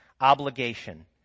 obligation